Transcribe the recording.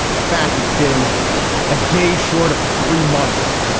in fact it's been a day short of three months.